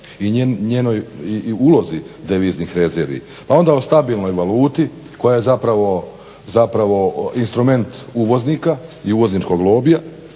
i njenoj ulozi deviznih rezervi, pa onda o stabilnoj valuti koja je zapravo instrument uvoznika i uvozničkog lobija